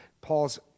Paul's